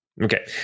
Okay